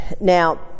Now